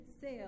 sale